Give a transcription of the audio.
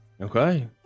Okay